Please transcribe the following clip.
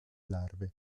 larve